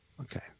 Okay